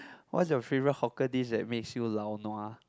what's your favorite hawker dish that makes you lao nua